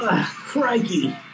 crikey